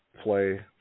play